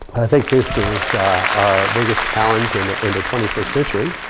i think this is our biggest challenge and ah in the twenty first century.